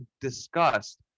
discussed